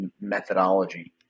methodology